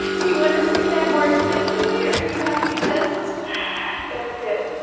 do you want to say that more expansively? are you happy? just that's it